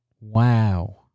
Wow